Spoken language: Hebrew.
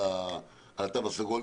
על התו הסגול.